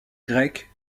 grecque